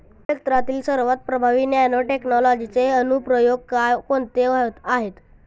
कृषी क्षेत्रातील सर्वात प्रभावी नॅनोटेक्नॉलॉजीचे अनुप्रयोग कोणते आहेत?